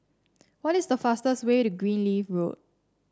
what is the fastest way to Greenleaf Road